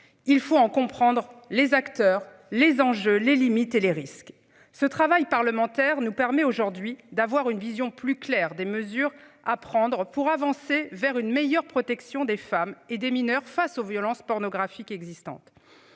Il faut en comprendre les acteurs les enjeux les limites et les risques ce travail parlementaire nous permet aujourd'hui d'avoir une vision plus claire des mesures à prendre pour avancer vers une meilleure protection des femmes et des mineurs face aux violences pornographique existantes.